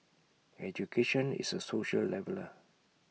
education is A social leveller